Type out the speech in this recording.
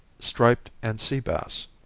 striped and sea bass.